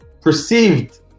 perceived